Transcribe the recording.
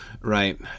right